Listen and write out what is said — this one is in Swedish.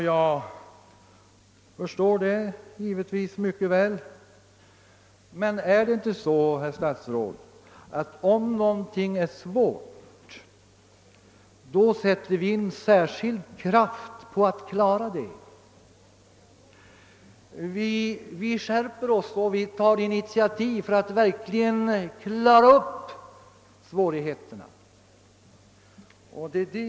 Jag förstår givetvis mycket väl detta, men om någonting är svårt, herr statsråd, sätter vi in särskild kraft på att klara det, vi skärper oss och vi tar initiativ för att verkligen klara upp svårigheterna.